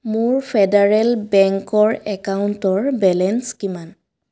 মোৰ ফেডাৰেল বেংকৰ একাউণ্টৰ বেলেঞ্চ কিমান